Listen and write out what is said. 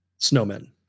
snowmen